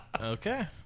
Okay